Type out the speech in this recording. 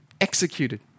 executed